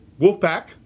Wolfpack